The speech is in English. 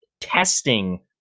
testing